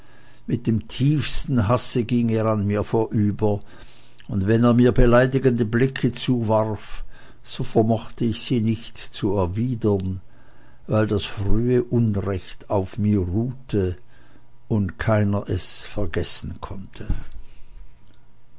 mit dem tiefsten hasse ging er an mir vorüber und wenn er mir beleidigende blicke zuwarf so vermochte ich sie nicht zu erwidern weil das frühe unrecht auf mir ruhte und keiner es vergessen konnte